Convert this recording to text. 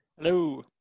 Hello